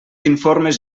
informes